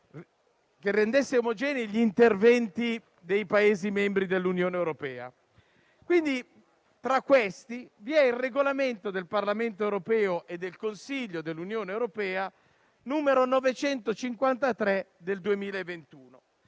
che rendesse omogenei gli interventi dei Paesi membri dell'Unione europea. Tra questi vi è il Regolamento del Parlamento europeo e del Consiglio dell'Unione europea n. 953 del 2021.